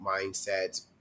mindsets